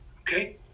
Okay